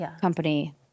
company